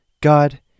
God